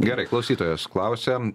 gerai klausytojas klausia